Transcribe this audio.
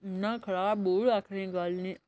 इन्ना खराब बूट आक्खने दी गल्ल नी